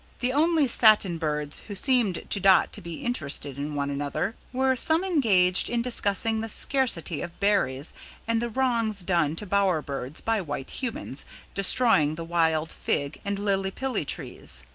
the only satin birds who seemed to dot to be interested in one another, were some engaged in discussing the scarcity of berries and the wrongs done to bower birds by white humans destroying the wild fig and lillipilli trees.